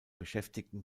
beschäftigten